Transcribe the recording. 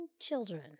children